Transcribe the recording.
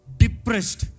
depressed